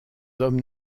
hommes